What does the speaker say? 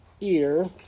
ear